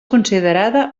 considerada